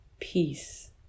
peace